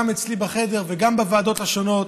גם אצלי בחדר וגם בוועדות השונות.